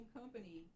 company